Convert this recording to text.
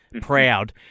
proud